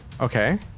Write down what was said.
Okay